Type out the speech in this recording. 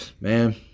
Man